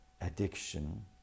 addiction